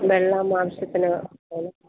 വെള്ളം ആവശ്യത്തിന് വേണം